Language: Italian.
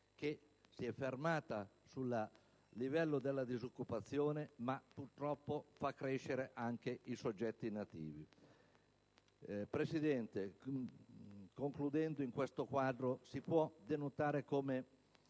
quale si è fermata sul livello della disoccupazione ma purtroppo fa crescere anche i soggetti inattivi. Signora Presidente, concludendo, in questo quadro si può rilevare come